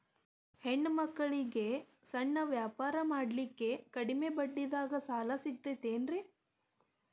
ಹೆಣ್ಣ ಮಕ್ಕಳಿಗೆ ಸಣ್ಣ ವ್ಯಾಪಾರ ಮಾಡ್ಲಿಕ್ಕೆ ಕಡಿಮಿ ಬಡ್ಡಿದಾಗ ಸಾಲ ಸಿಗತೈತೇನ್ರಿ?